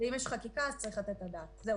כולל עם הגברת שמרכזת את כל הנושא הזה במשרד,